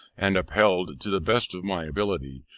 and upheld, to the best of my ability,